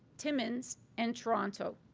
timmins and toronto.